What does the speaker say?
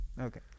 Okay